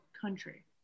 country